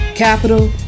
capital